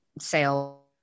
sale